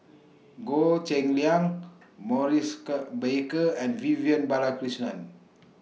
Goh Cheng Liang Maurice Baker and Vivian Balakrishnan